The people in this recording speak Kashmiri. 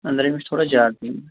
أنٛدرِمِس چھِ تھوڑا زیادٕ لیٖک